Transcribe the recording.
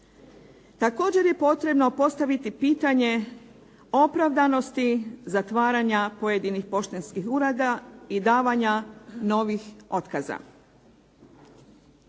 Također je potrebno postaviti pitanje opravdanosti zatvaranja pojedinih poštanskih ureda i davanja novih otkaza.